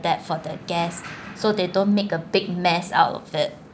that for the guest so they don't make a big mess out of it